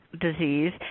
disease